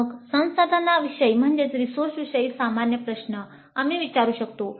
मग संसाधनांविषयी सामान्य प्रश्न आम्ही विचारू शकतो